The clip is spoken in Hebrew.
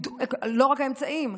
לא רק האמצעים,